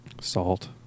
salt